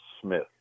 Smith